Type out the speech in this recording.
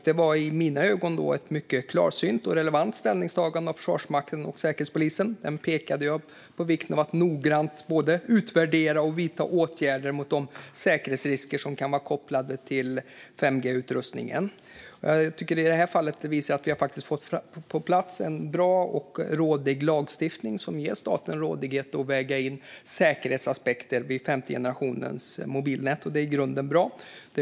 Det var i mina ögon ett mycket klarsynt och relevant ställningstagande av Försvarsmakten och Säkerhetspolisen, som pekade på vikten av att noggrant både utvärdera och vidta åtgärder mot de säkerhetsrisker som kan vara kopplade till 5G-utrustningen. Det visar att vi i det här fallet har fått en bra och rådig lagstiftning på plats som ger staten rådighet att väga in säkerhetsaspekter när det gäller femte generationens mobilnät. Det är i grunden bra.